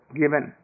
given